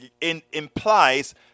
implies